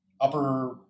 upper